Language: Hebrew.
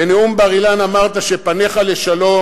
בנאום בר-אילן אמרת שפניך לשלום.